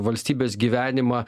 valstybės gyvenimą